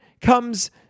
comes